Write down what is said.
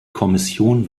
kommission